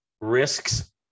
risks